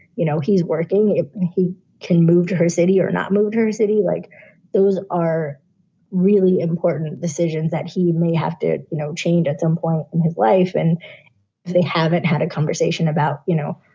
you know, he's working and he can move to his city or not. motorcity, like those are really important decisions that he may have to you know change at some point in his life. and they haven't had a conversation about, you know,